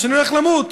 שאני הולך למות.